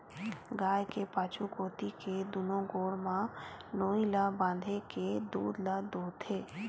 गाय के पाछू कोती के दूनो गोड़ म नोई ल बांधे के दूद ल दूहूथे